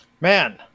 man